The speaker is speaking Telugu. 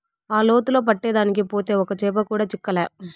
ఆ లోతులో పట్టేదానికి పోతే ఒక్క చేప కూడా చిక్కలా